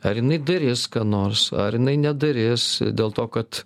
ar jinai daris ką nors ar jinai nedaris dėl to kad